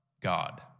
God